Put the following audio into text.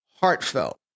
heartfelt